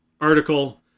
article